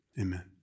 Amen